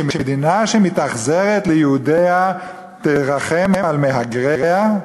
שמדינה שמתאכזרת ליהודיה תרחם על מהגריה?